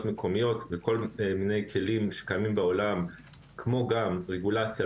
מקומיות וכל מיני כלים שקיימים בעולם כמו גם רגולציה